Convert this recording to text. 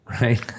right